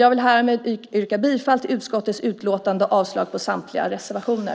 Jag vill härmed yrka bifall till förslaget i utskottets utlåtande och avslag på samtliga reservationer.